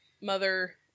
mother